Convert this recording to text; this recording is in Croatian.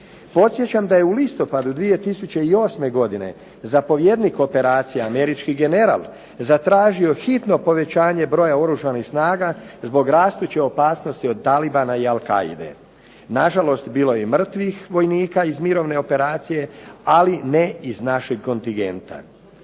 Podsjećam da je u listopadu 2008. godine zapovjednik operacije američki general zatražio hitno povećanje broja oružanih snaga zbog rastuće opasnosti od talibana i Al-Qa'ide. Nažalost, bilo je i mrtvih vojnika iz mirovne operacije, ali ne iz našeg kontingenta.